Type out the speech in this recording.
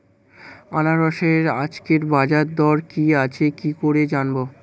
আনারসের আজকের বাজার দর কি আছে কি করে জানবো?